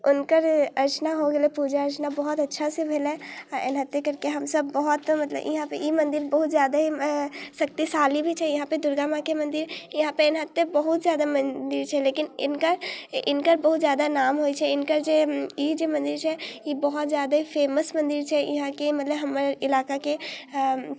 हुनकर पूजा हुनकर अर्चना भऽ गेलै पूजा अर्चना बहुत अच्छासँ भेलै एनाहिते कऽ कऽ हमसब बहुत मतलब इहाँपर ई मन्दिर बहुत ज्यादे एँ शक्तिशाली भी छै इहाँपर दुर्गा माँके मन्दिर इहाँपर एनाहिते बहुत ज्यादा मन्दिर छै लेकिन हिनकर हिनकर बहुत ज्यादा नाम होइ छै हिनकर जे ई जे मन्दिर छै ई बहुत ज्यादे फेमस मन्दिर छै इहाँके मतलब हमर इलाकाके